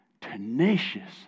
tenacious